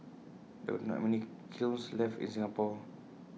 there are not many kilns left in Singapore